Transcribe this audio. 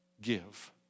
give